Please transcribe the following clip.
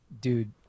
dude